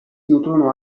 nutrono